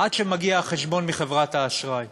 עד שמגיע החשבון מחברת האשראי,